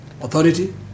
authority